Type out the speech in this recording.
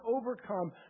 overcome